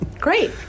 Great